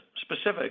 specific